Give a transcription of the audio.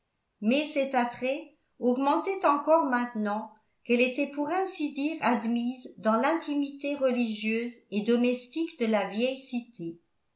mais cet attrait augmentait encore maintenant qu'elle était pour ainsi dire admise dans l'intimité religieuse et domestique de la vieille cité